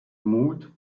mut